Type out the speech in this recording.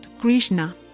Krishna